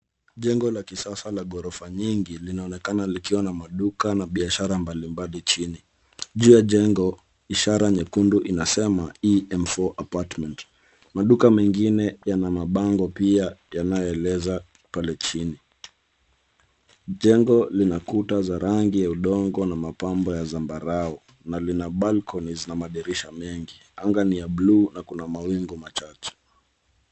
Jengo la kisasa la ghorofa nyingi linaonekana likiwa na maduka na biashara mbalimbali chini. Juu ya jengo ishara nyekundu inasema e m4 apartment . Maduka mengine yana mabango pia yanayoeleza pale chini. Jengo lina kuta za rangi ya udongo na mapambo ya zambarau na lina balconies na madirisha mengi. Anga ni ya bluu na kuna mawingu machache.